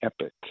Epic